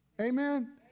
Amen